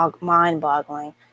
mind-boggling